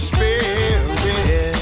Spirit